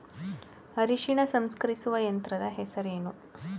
ಅರಿಶಿನ ಸಂಸ್ಕರಿಸುವ ಯಂತ್ರದ ಹೆಸರೇನು?